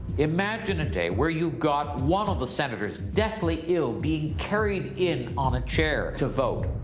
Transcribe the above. imagine a day where you got one of the senators deathly ill, being carried in on a chair to vote.